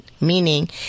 Meaning